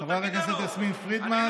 חברת הכנסת יסמין פרידמן.